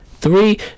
Three